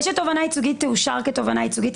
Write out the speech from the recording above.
זה שתובענה ייצוגית תאושר כתובענה ייצוגית,